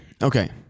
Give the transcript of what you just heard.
Okay